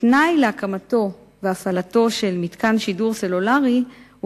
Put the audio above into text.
תנאי להקמתו והפעלתו של מתקן שידור סלולרי הוא